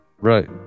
right